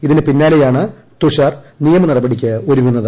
ഇതിന് പിന്നാലെയാണ് തുഷാർ നിയമ നടപടിക്കൊരുങ്ങുന്നത്